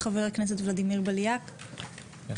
חבר הכנסת ולדימיר בליאק, בבקשה.